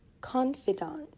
confidant